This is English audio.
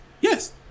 Yes